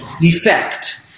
defect